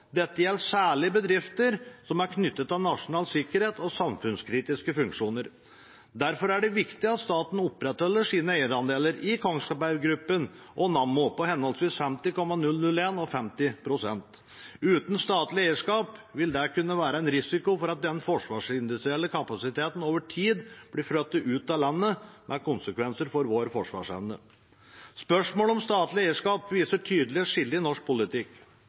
samfunnskritiske funksjoner. Derfor er det viktig at staten opprettholder sine eierandeler i Kongsberg Gruppen og Nammo på henholdsvis 50,001 pst. og 50 pst. Uten statlig eierskap vil det kunne være en risiko for at den forsvarsindustrielle kapasiteten over tid blir flyttet ut av landet. Det vil ha konsekvenser for vår forsvarsevne. Spørsmål om statlig eierskap viser et tydelig skille i norsk politikk.